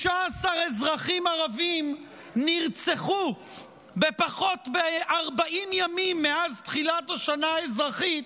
16 אזרחים ערבים נרצחו בפחות מ-40 ימים מאז תחילת השנה האזרחית,